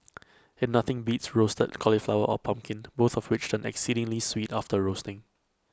and nothing beats roasted cauliflower or pumpkin both of which turn exceedingly sweet after roasting